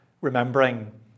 remembering